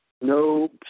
No